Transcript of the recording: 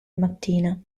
mattina